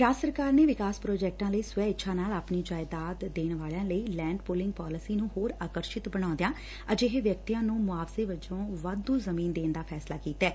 ਰਾਜ ਸਰਕਾਰ ਨੇ ਵਿਕਾਸ ਪ੍ਰਾਜੈਕਟਾਂ ਲਈ ਸਵੈ ਇੱਛਾ ਨਾਲ ਆਪਣੀ ਜਾਇਦਾਦ ਦੇਣ ਵਾਲਿਆਂ ਲਈ ਲੈੱਡ ਪੂਲਿੰਗ ਪਾਲਿਸੀ ਨੂੰ ਹੋਰ ਆਕਰਸਿਤ ਬਣਾਉਂਦਿਆਂ ਅਜਿਹੇ ਵਿਅਕਤੀਆਂ ਨੂੰ ਮੁਆਵਜ਼ੇ ਵਜੋਂ ਵਾਧੂ ਜ਼ਮੀਨ ਦੇਣ ਦਾ ਫੈਸਲਾ ਕੀਤੈ